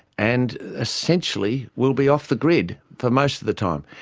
and essentially will be off the grid for most of the time.